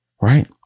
right